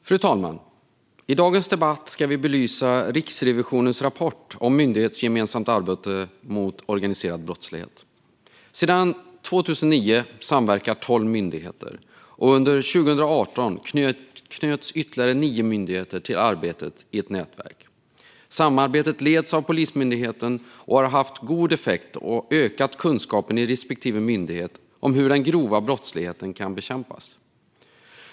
Fru talman! I dagens debatt ska vi belysa Riksrevisionens rapport om myndighetsgemensamt arbete mot organiserad brottslighet. Sedan 2009 samverkar tolv myndigheter, och under 2018 knöts ytterligare nio myndigheter till arbetet i ett nätverk. Samarbetet leds av Polismyndigheten och har haft god effekt och ökat kunskapen i respektive myndighet om hur den grova brottsligheten kan bekämpas.